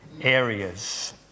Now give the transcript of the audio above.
areas